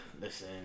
Listen